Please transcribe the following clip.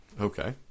Okay